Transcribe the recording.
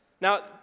Now